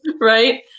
right